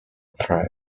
trade